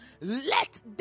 let